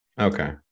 okay